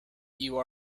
you